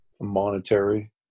monetary